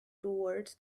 towards